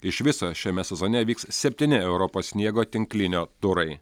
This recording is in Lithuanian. iš viso šiame sezone vyks septyni europos sniego tinklinio turai